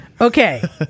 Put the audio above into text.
Okay